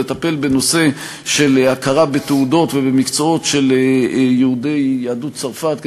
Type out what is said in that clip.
לטפל בנושא של הכרה בתעודות ובמקצועות של יהדות צרפת,